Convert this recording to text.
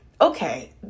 okay